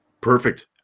Perfect